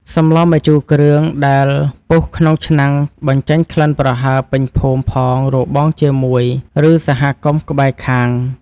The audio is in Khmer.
សម្លម្ជូរគ្រឿងដែលពុះក្នុងឆ្នាំងបញ្ចេញក្លិនប្រហើរពេញភូមិផងរបងជាមួយឬ សហគមន៍ក្បែរខាង។